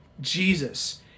Jesus